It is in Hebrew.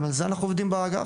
גם על זה אנחנו עובדים באגף.